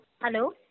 Hello